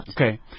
Okay